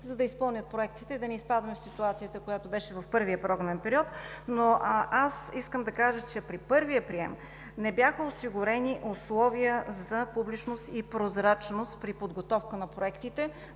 да изпълнят проектите, за да не изпадаме в ситуацията, която беше в първия програмен период. При първия прием не бяха осигурени условия за публичност и прозрачност при подготовка на проектите,